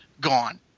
gone